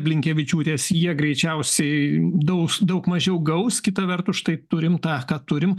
blinkevičiūtės jie greičiausiai daug daug mažiau gaus kita vertus štai turim tą ką turim